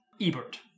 Ebert